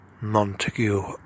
Montague